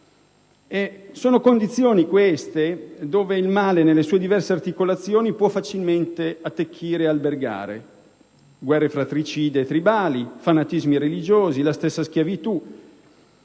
le condizioni in cui il male, nelle sue diverse articolazioni, può facilmente attecchire e albergare: guerre fratricide e tribali, fanatismi religiosi, la stessa schiavitù.